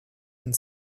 and